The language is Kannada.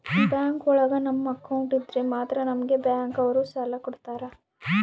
ಬ್ಯಾಂಕ್ ಒಳಗ ನಮ್ ಅಕೌಂಟ್ ಇದ್ರೆ ಮಾತ್ರ ನಮ್ಗೆ ಬ್ಯಾಂಕ್ ಅವ್ರು ಸಾಲ ಕೊಡ್ತಾರ